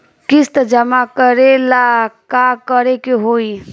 किस्त जमा करे ला का करे के होई?